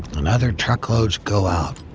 and other truckloads go out,